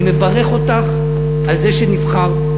אני מברך אותך על זה שנבחרת.